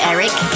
Eric